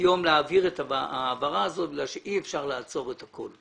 היום להעביר את ההעברה הזאת כי אי אפשר לעצור את הכול.